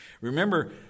remember